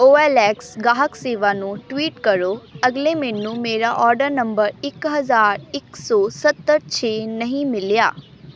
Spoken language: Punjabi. ਓ ਐੱਲ ਐਕਸ ਗਾਹਕ ਸੇਵਾ ਨੂੰ ਟਵੀਟ ਕਰੋ ਅਗਲੇ ਮੈਨੂੰ ਮੇਰਾ ਆਰਡਰ ਨੰਬਰ ਇੱਕ ਹਜ਼ਾਰ ਇੱਕ ਸੌ ਸੱਤਰ ਛੇ ਨਹੀਂ ਮਿਲਿਆ